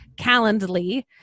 Calendly